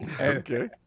Okay